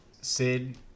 Sid